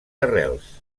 arrels